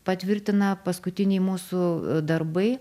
patvirtina paskutiniai mūsų darbai